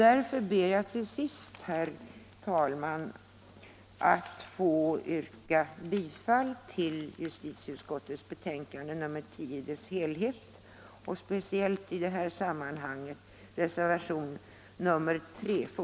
Därför ber jag till sist, herr talman, att få yrka bifall till justitieutskottets hemställan i dess helhet i betänkandet nr 10.